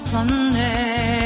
Sunday